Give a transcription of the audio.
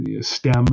STEM